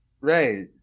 Right